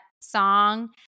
song